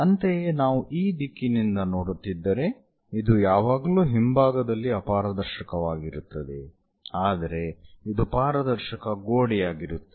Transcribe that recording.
ಅಂತೆಯೇ ನಾವು ಈ ದಿಕ್ಕಿನಿಂದ ನೋಡುತ್ತಿದ್ದರೆ ಇದು ಯಾವಾಗಲೂ ಹಿಂಭಾಗದಲ್ಲಿ ಅಪಾರದರ್ಶಕವಾಗಿರುತ್ತದೆ ಆದರೆ ಇದು ಪಾರದರ್ಶಕ ಗೋಡೆಯಾಗಿರುತ್ತದೆ